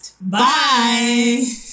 Bye